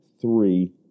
three